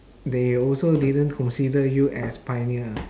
they also didn't consider you as pioneer